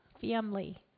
family